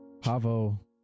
Pavo